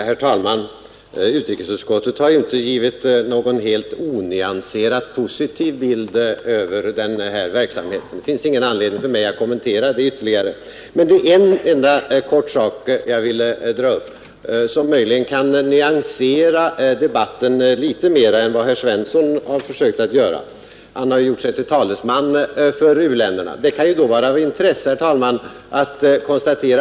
Herr talman! Utrikesutskottet har inte givit någon helt onyanserat positiv bild av den verksamhet det här gäller, och det finns ingen anledning för mig att kommentera den saken ytterligare. Men det är en annan liten sak som jag här vill ta upp och som möjligen kan nyansera debatten lite mer än vad herr Svensson i Malmö har försökt göra. Herr Svensson gjorde sig till talesman för u-länderna, och då kan det ju vara av intresse att se vad u-länderna själva säger.